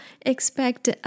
expect